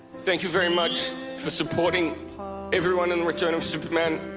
thank you very much for supporting everyone in the return of superman,